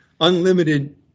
unlimited